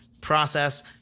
process